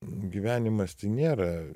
gyvenimas tai nėra